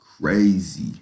crazy